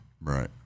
Right